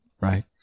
right